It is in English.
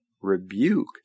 rebuke